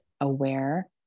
aware